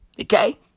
Okay